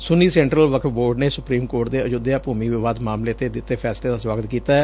Sunni central Waqf board ਨੇ supreme court ਦੇ ਅਯੁੱਧਿਆ ਭੁਮੀ ਵਿਵਾਦ ਮਾਮਲੇ ਤੇ ਦਿੱਤੇ ਫੈਸਲੇ ਦਾ ਸੁਆਗਤ ਕੀਤੈ